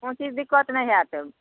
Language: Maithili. कोनो चीज दिक्कत नहि होएत